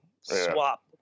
swap